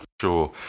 Sure